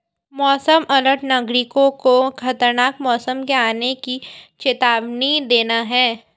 मौसम अलर्ट नागरिकों को खतरनाक मौसम के आने की चेतावनी देना है